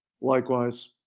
Likewise